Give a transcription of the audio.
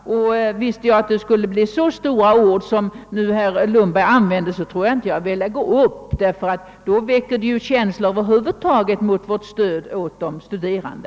Hade jag vetat att herr Lundberg skulle ta till så stora ord tror jag inte att jag hade velat gå upp i talarstolen, ty det kan ju över huvud taget uppväcka motvilja mot vårt stöd till de studerande.